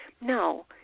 No